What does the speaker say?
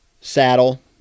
saddle